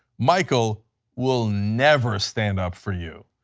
michael will never stand up for you.